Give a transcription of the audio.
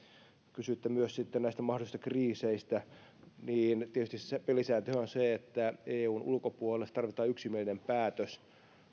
kysyitte myös sitten näistä mahdollisista kriiseistä tietysti pelisääntöhän on se että eun ulkopuolella tarvitaan yksimielinen päätös